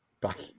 back